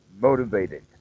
motivated